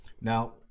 Now